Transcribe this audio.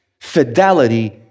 fidelity